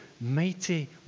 mighty